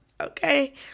Okay